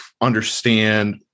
understand